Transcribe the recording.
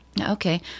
okay